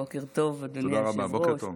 בוקר טוב, אדוני היושב-ראש.